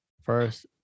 first